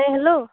ᱦᱮᱸ ᱦᱮᱞᱳᱣ